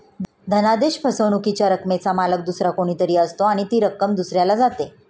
धनादेश फसवणुकीच्या रकमेचा मालक दुसरा कोणी तरी असतो आणि ती रक्कम दुसऱ्याला जाते